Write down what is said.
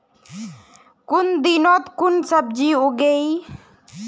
कुन दिनोत कुन सब्जी उगेई?